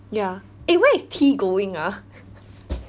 yeah eh where is T going ah